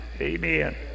Amen